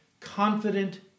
confident